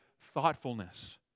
thoughtfulness